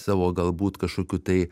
savo galbūt kažkokių tai